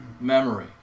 memory